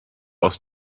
aus